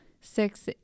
six